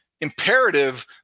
imperative